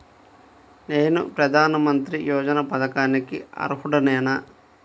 నేను ప్రధాని మంత్రి యోజన పథకానికి అర్హుడ నేన?